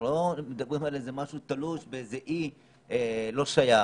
אנחנו לא מדברים על משהו תלוש באיזה אי לא שייך,